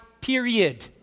period